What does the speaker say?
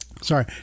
sorry